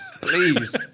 please